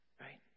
right